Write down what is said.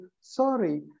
sorry